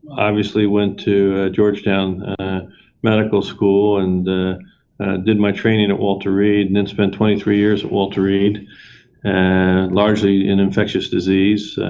obviously went to georgetown medical school and did my training at walter reed and then spent twenty three years at walter reed and largely in infectious disease,